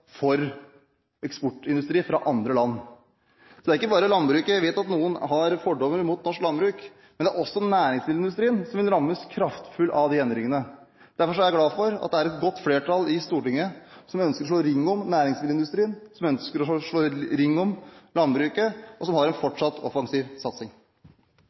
for eksportindustri fra andre land. Det er ikke bare landbruket – jeg vet at noen har fordommer mot norsk landbruk – men det er også næringsmiddelindustrien som ville rammes kraftig av de endringene. Derfor er jeg glad for at det er et godt flertall i Stortinget som ønsker å slå ring om næringsmiddelindustrien, som ønsker å slå ring om landbruket, og som har en fortsatt offensiv satsing.